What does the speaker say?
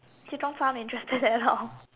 he don't sound interested at all